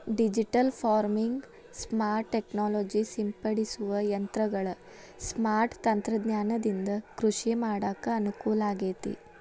digital farming, smart technology ಸಿಂಪಡಿಸುವ ಯಂತ್ರಗಳ smart ತಂತ್ರಜ್ಞಾನದಿಂದ ಕೃಷಿ ಮಾಡಾಕ ಅನುಕೂಲಾಗೇತಿ